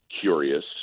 curious